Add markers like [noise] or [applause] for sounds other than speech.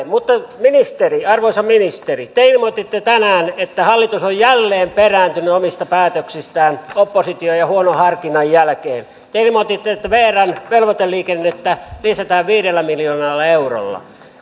[unintelligible] mutta arvoisa ministeri te ilmoititte tänään että hallitus on jälleen perääntynyt omista päätöksistään opposition ja huonon harkinnan jälkeen te ilmoititte että vrn velvoiteliikennettä lisätään viidellä miljoonalla eurolla